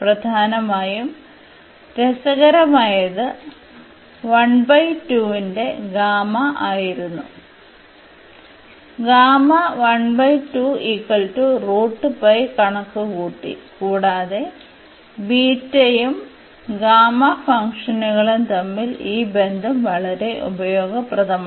പ്രധാനമായും രസകരമായത് 12 ന്റെ ഗാമാ ആയിരുന്നു കണക്കുകൂട്ടി കൂടാതെ ബീറ്റയും ഗാമ ഫംഗ്ഷനുകളും തമ്മിൽ ഈ ബന്ധം വളരെ ഉപയോഗപ്രദമാണ്